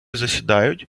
засідають